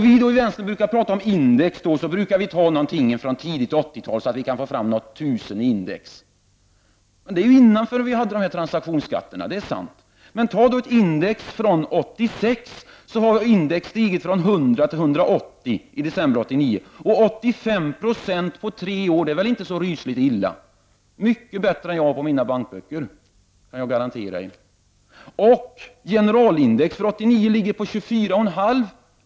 Vi som brukar tala om index tar ofta fram något från tidigt 80-tal för att få fram något 1 000 i index. Men det var innan vi hade dessa transaktionsskatter. Index har från december 1986 till december 1989 stigit från 100 till 180. 85 Zo på tre år är väl inte så illa. Det är mycket bättre än räntan på mina bankböcker. Generalindex för 1989 ligger på 24,5 20.